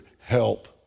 help